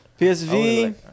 PSV